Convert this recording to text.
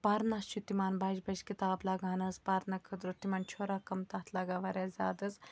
پَرنَس چھُ تِمَن بَجہِ بَجہِ کِتاب لَگان حظ پَرنہٕ خٲطرٕ تِمَن چھُ رَقم تَتھ لَگان واریاہ زیادٕ حظ